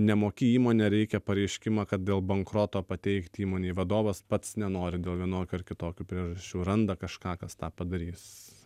nemoki įmonė reikia pareiškimą kad dėl bankroto pateikti įmonei vadovas pats nenori dėl vienokių ar kitokių priežasčių randa kažką kas tą padarys